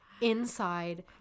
inside